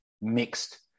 mixed